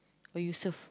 why you serve